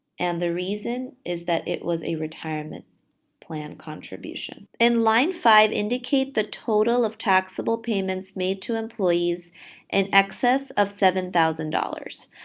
and the reason is that it was a retirement plan contribution. in line five, indicate the total of taxable payments made to employees in and excess of seven thousand dollars.